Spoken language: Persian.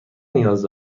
نیاز